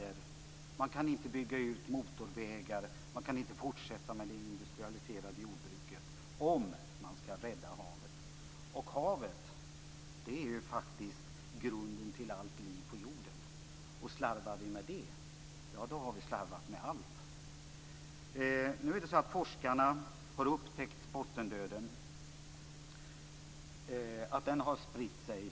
Det gör att kvävet vandrar vidare och att bottendöden breder ut sig.